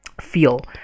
feel